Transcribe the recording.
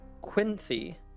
Quincy